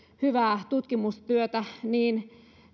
hyvää tutkimustyötä niin